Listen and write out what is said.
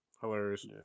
Hilarious